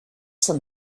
some